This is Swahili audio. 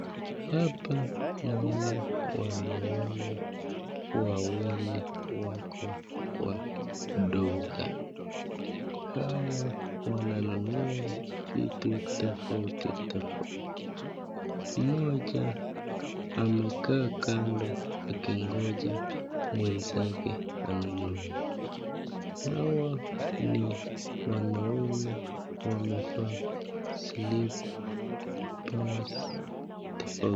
Hapa naona wanaume wawili wako kwa duka hawa wananunua vitu tofauti tofauti moja amekaa kando akingoja mwenzake anunue hawa ni wanaume wamevaa (cs)slippers(cs) tofauti.